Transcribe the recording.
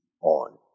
on